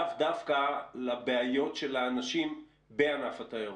לאו דווקא לבעיות של האנשים בענף התיירות?